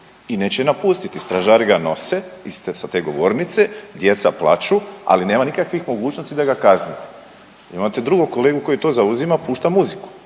i neće je napustiti, stražari ga nose sa te govornice, djeca plaču, ali nema nikakvih mogućnosti da ga kaznite. Imate drugog kolegu koji to zauzima i pušta muziku,